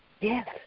Yes